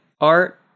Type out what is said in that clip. art